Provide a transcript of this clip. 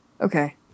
Okay